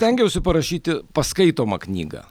stengiausi parašyti paskaitomą knygą